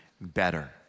better